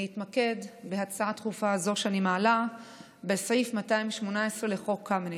אני אתמקד בהצעה דחופה זו שאני מעלה בסעיף 218 לחוק קמיניץ.